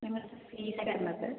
ഞങ്ങൾക്ക് ഫീസ് വരണത്